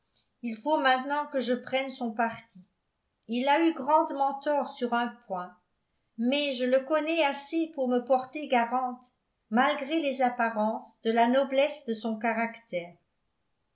il faut maintenant que je prenne son parti il a eu grandement tort sur un point mais je le connais assez pour me porter garante malgré les apparences de la noblesse de son caractère